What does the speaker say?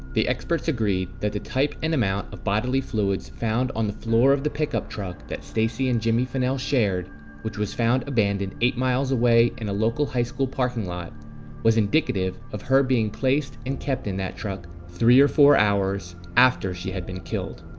the experts agreed that the type and amount of bodily fluids found on the floor of the pickup truck that stacey and jimmy finnell shared which was found abandoned eight miles away in a local high school parking lot was indicative of her being placed and kept in that truck three or four hours after she had been killed.